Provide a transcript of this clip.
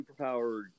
superpowered